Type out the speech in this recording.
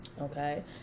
okay